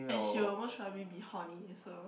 and she'll most probably be horny also